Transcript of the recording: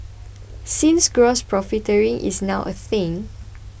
since gross profiteering is now a thing